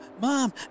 Mom